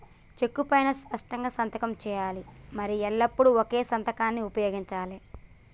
చెక్కు పైనా స్పష్టంగా సంతకం చేయాలి మరియు ఎల్లప్పుడూ ఒకే సంతకాన్ని ఉపయోగించాలే